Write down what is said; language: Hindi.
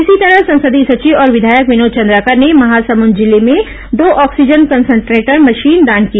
इसी तरह संसदीय सचिव और विधायक विनोद चंद्राकर ने महासमुंद जिले में दो ऑक्सीजन कन्सनट्रेटर मशीन दान की